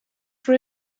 for